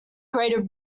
greater